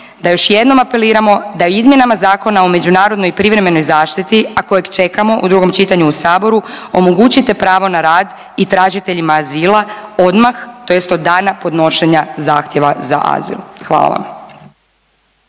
da još jednom apeliramo da izmjenama Zakona o međunarodnoj i privremenoj zaštiti a kojeg čekamo u drugom čitanju u Saboru omogućite pravo na rad i tražiteljima azila odmah, tj. od dana podnošenja zahtjeva za azil. Hvala.